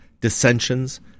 dissensions